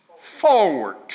forward